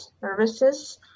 services